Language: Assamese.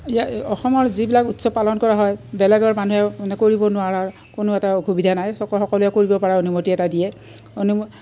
ইয়া অসমৰ যিবিলাক উৎসৱ পালন কৰা হয় বেলেগৰ মানুহে মানে কৰিব নোৱাৰাৰ কোনো এটা অসুবিধা নাই সকলোৱে কৰিব পাৰে অনুমতি এটা দিয়ে অনু